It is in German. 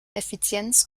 effizienz